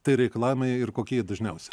tai reikalavimai ir kokie jie dažniausia